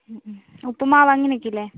ഉപ്പുമാവ് അങ്ങനെ ഒക്കെ ഇല്ലേ